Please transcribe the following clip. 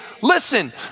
listen